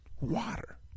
water